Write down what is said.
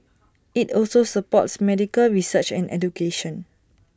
IT also supports medical research and education